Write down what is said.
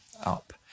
up